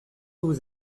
vous